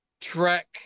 Trek